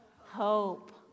hope